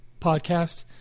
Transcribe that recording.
podcast